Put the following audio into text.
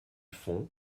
fond